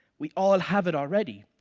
we all have it already.